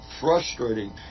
frustrating